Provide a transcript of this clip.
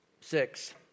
six